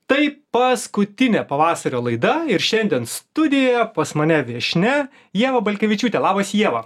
tai paskutinė pavasario laida ir šiandien studijoje pas mane viešnia ieva balkevičiūtė labas ieva